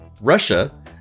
Russia